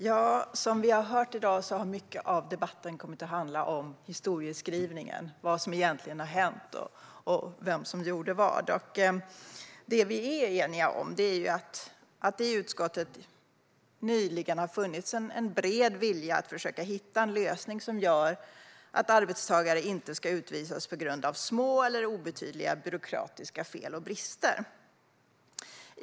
Fru talman! Mycket av debatten i dag har handlat om historieskrivningen, vad som egentligen har hänt och vem som gjorde vad. Det vi är eniga om är att i utskottet har det nyligen funnits en bred vilja att försöka hitta en lösning som gör att arbetstagare inte ska utvisas på grund av små eller obetydliga byråkratiska fel och brister.